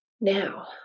Now